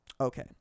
Okay